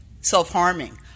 self-harming